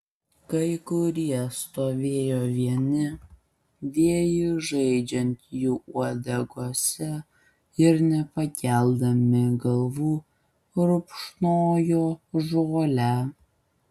kai kurie stovėjo vieni vėjui žaidžiant jų uodegose ir nepakeldami galvų rupšnojo žolę